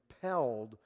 compelled